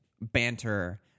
banter